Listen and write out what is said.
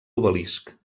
obelisc